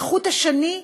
כחוט השני,